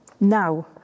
now